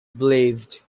blazed